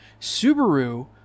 Subaru